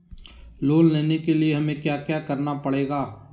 Loan लेने के लिए हमें क्या क्या करना पड़ेगा?